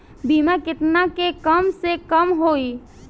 बीमा केतना के कम से कम होई?